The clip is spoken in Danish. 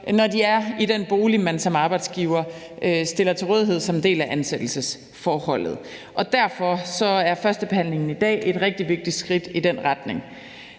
når de er i den bolig, man som arbejdsgiver stiller til rådighed for en del af ansættelsesforholdet. Derfor er førstebehandlingen i dag et rigtig vigtigt skridt i den retning.